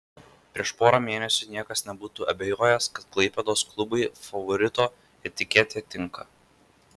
prieš porą mėnesių niekas nebūtų abejojęs kad klaipėdos klubui favorito etiketė tinka